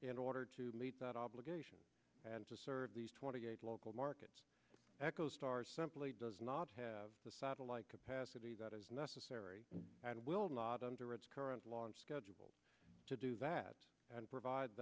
in order to meet that obligation and to serve these twenty eight local markets echostar simply does not have satellite capacity that is necessary and will not under its current launch schedule to do that and provide